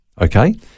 okay